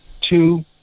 Two